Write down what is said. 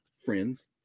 friends